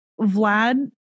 Vlad